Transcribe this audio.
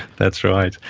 that's right.